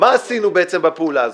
מה עשינו בעצם בפעולה הזאת?